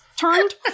turned